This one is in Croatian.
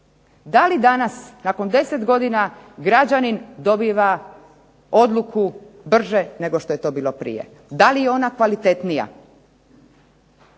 Da li danas nakon 10 godina građanin dobiva odluku brže nego što je to bilo prije? Da li je ona kvalitetnija?